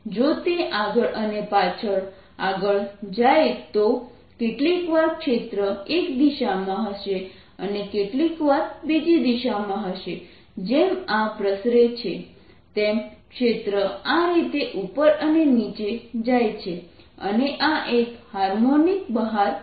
જો તે આગળ અને પાછળ આગળ જાય તો કેટલીકવાર ક્ષેત્ર એક દિશામાં હશે અને કેટલીકવાર બીજી દિશામાં હશે જેમ આ પ્રસરે છે તેમ ક્ષેત્ર આરીતે ઉપર અને નીચે જાય છે અને આ એક હાર્મોનિક તરંગ બહાર આવી રહ્યું છે